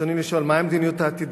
רצוני לשאול: 1. מה היא המדיניות העתידית